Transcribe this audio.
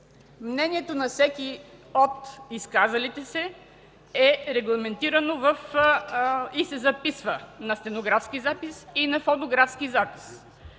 времето на всеки от изказалите се е регламентирано и се записва на стенограма и на фонографски запис.